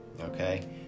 okay